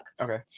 Okay